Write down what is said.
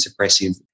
suppressive